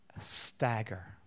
stagger